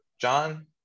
John